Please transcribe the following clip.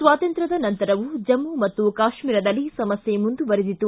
ಸ್ವಾತಂತ್ರ್ಯದ ನಂತರವೂ ಜಮ್ಮ ಮತ್ತು ಕಾಶ್ಮೀರದಲ್ಲಿ ಸಮಸ್ಥೆ ಮುಂದುವರೆದಿತ್ತು